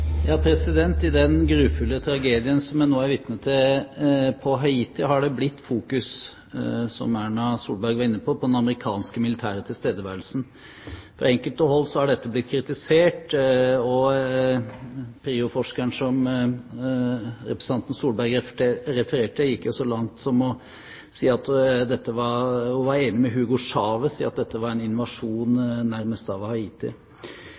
I den grufulle tragedien som vi nå er vitne til på Haiti, har det, som Erna Solberg var inne på, blitt fokusert på den amerikanske militære tilstedeværelsen. Fra enkelte hold er dette blitt kritisert, og PRIO-forskeren som representanten Solberg refererte til, gikk jo så langt som å si seg enig med Hugo Chávez i at dette nærmest var en invasjon av